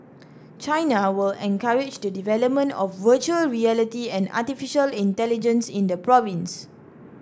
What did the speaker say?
China will encourage the development of virtual reality and artificial intelligence in the province